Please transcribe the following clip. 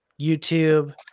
YouTube